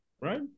Right